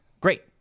Great